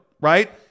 right